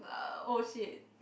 uh oh shit